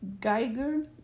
geiger